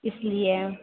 اِس لیٔے